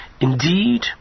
Indeed